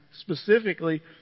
specifically